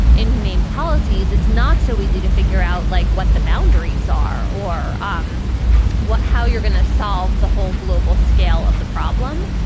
inhumane policies, it's not so easy to figure out like what the boundaries are or um what how you're going to solve the whole global scale of the problem.